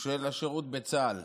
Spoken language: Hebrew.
של השירות בצה"ל,